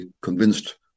convinced